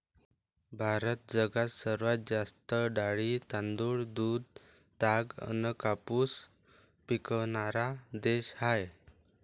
भारत जगात सर्वात जास्त डाळी, तांदूळ, दूध, ताग अन कापूस पिकवनारा देश हाय